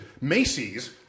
Macy's